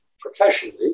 professionally